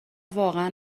واقعا